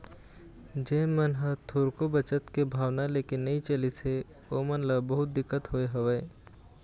जेन मन ह थोरको बचत के भावना लेके नइ चलिस हे ओमन ल बहुत दिक्कत होय हवय